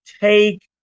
take